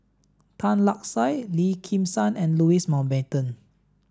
Tan Lark Sye Lim Kim San and Louis Mountbatten